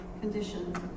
conditions